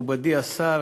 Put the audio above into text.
מכובדי השר,